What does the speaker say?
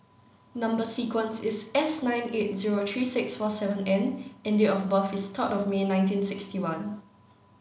number sequence is S nine eight zero three six four seven N and date of birth is third of May nineteen sixty one